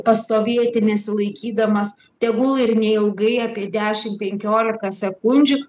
pastovėti nesilaikydamas tegul ir neilgai apie dešimt penkiolika sekundžių